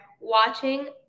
watching